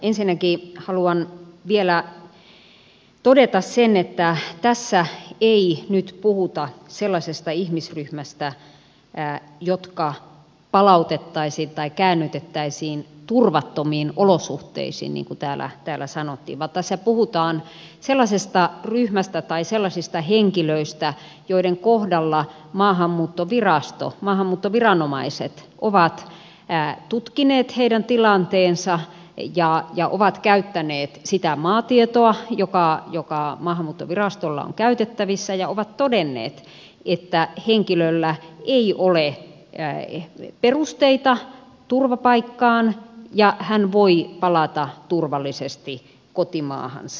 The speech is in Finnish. ensinnäkin haluan vielä todeta sen että tässä ei nyt puhuta sellaisesta ihmisryhmästä joka palautettaisiin tai käännytettäisiin turvattomiin olosuhteisiin niin kuin täällä sanottiin vaan tässä puhutaan sellaisesta ryhmästä tai sellaisista henkilöistä joiden kohdalla maahanmuuttoviraston maahanmuuttoviranomaiset ovat tutkineet heidän tilanteensa ja ovat käyttäneet sitä maatietoa joka maahanmuuttovirastolla on käytettävissään ja ovat todenneet että henkilöllä ei ole perusteita turvapaikkaan ja hän voi palata turvallisesti kotimaahansa